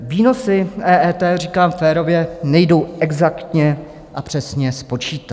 Výnosy EET, říkám férově, nejdou exaktně a přesně spočítat.